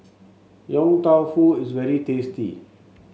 Yong Tau Foo is very tasty